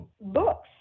books